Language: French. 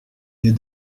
des